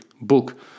book